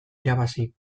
irabazi